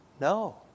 No